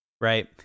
right